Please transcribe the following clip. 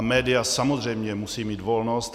Média samozřejmě musí mít volnost.